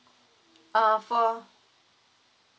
uh for